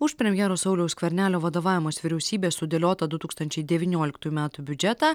už premjero sauliaus skvernelio vadovaujamos vyriausybės sudėliotą du tūkstančiai devynioliktųjų metų biudžetą